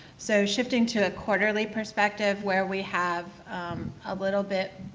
so shifting to a quarterly perspective where we have a little bit,